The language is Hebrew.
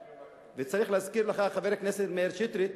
וצריך להזכיר לך, חבר הכנסת מאיר שטרית,